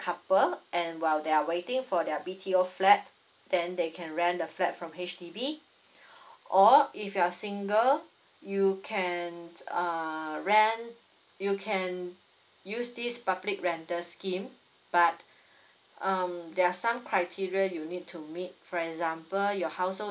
couple and while they're waiting for their B_T_O flat then they can rent the flat from H_D_B or if you're single you can uh rent you can use this public rental scheme but um there are some criteria you need to meet for example your household